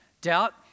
doubt